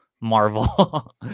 marvel